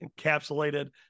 encapsulated